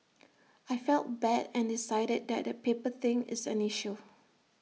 I felt bad and decided that the paper thing is an issue